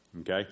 Okay